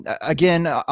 again